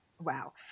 Wow